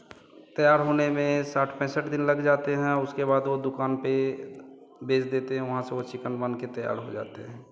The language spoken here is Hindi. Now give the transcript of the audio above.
तैयार होने में साठ पैंसठ दिन लग जाते हैं उसके बाद वो दुकान पे बेच देते हैं वहाँ से वो चिकन बन के तैयार हो जाते हैं